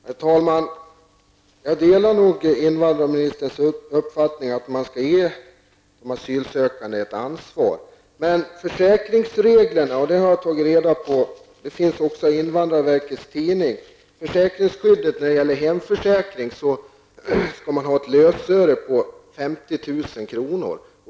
Herr talman! Jag delar invandrarministerns uppfattning att man skall ge de asylsökande ett eget ansvar. Jag har emellertid tagit reda på -- och det har stått i invandrarverkets tidning -- att man för att få teckna en hemförsäkring skall ha ett lösöre som är värt 50 000 kr.